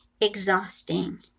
exhausting